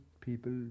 people